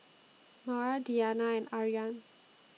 Mawar Diyana and Aryan